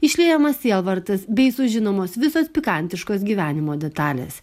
išliejamas sielvartas bei sužinomos visos pikantiškos gyvenimo detalės